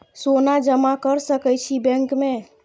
सोना जमा कर सके छी बैंक में?